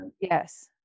Yes